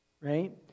right